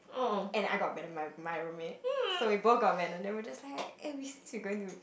and I got abandoned by my roommate so we both got abandoned then we were just like eh going to